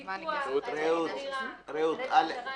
רעות, תודה.